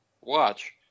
watch